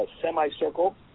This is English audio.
semicircle